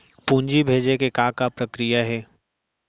पूंजी भेजे के का प्रक्रिया हे?